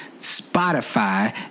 Spotify